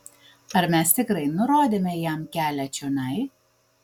ar mes tikrai nurodėme jam kelią čionai